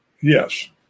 Yes